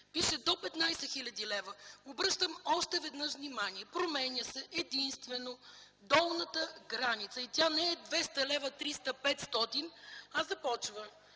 Пише: до 15 хил. лв. Обръщам още веднъж внимание! Променя се единствено долната граница – и тя не е 200 лв., 300, 500, а започва